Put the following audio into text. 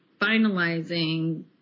finalizing